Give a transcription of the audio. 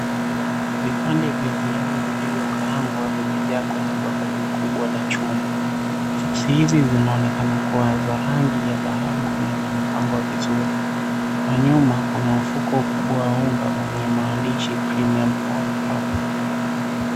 Vipande vya viazi vilivyokaangwa vimejaa kwenye bakuli kubwa la chuma. Chipsi hizi zinaonekana kuwa za rangi ya dhahabu na vimepangwa vizuri. Kwa nyuma kuna mfuko mkubwa wa unga wenye maandishi PREMIUM ALL PURPOSE .